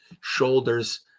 shoulders